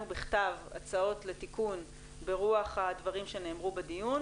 בכתב הצעות לתיקון ברוח הדברים שנאמרו בדיון,